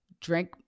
drink